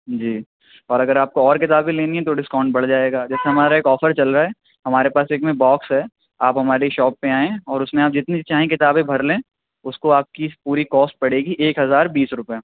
جی اور اگر آپ کو اور کتابیں لینی ہیں تو ڈسکاؤنٹ بڑھ جائے گا جیسے ہمارا ایک آفر چل رہا ہے ہمارے پاس اِک میں باکس ہے آپ ہماری شاپ پہ آئیں اور اُس میں آپ جتنی چاہیں کتابیں بھر لیں اُس کو آپ کی پوری کوسٹ پڑے گی ایک ہزار بیس روپے